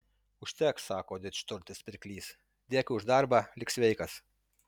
užteks sako didžturtis pirklys dėkui už darbą lik sveikas